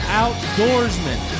outdoorsman